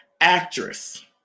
actress